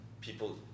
people